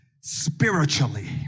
spiritually